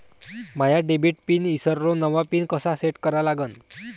माया debit pin ईसरलो, नवा pin कसा सेट करा लागन?